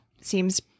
Seems